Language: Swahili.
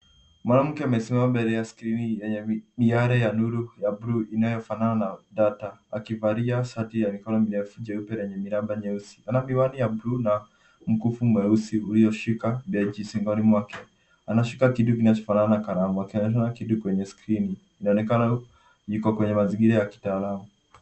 Mwanamke amesimama mbele ya skrini yenye miale ya nuru ya buluu inayofanana na data, akivalia shati ya mikono mirefu jeupe lenye miraba myeusi. Ana miwani ya buluu na mkufu mweusi ulioshika beji shingoni mwake. Anashika kitu kinachofanana na kalamu akionyeshana kitu kwenye skrini. Inaonekana yuko kwenye mazingira ya kitaalamu.